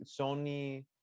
sony